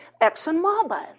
ExxonMobil